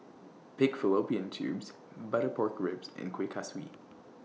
Pig Fallopian Tubes Butter Pork Ribs and Kuih Kaswi